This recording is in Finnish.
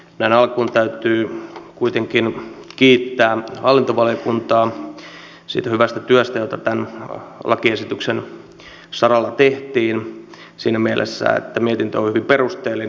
näin alkuun täytyy kuitenkin kiittää hallintovaliokuntaa siitä hyvästä työstä jota tämän lakiesityksen saralla tehtiin siinä mielessä että mietintö on hyvin perusteellinen